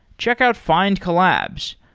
check out findcollabs.